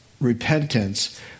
repentance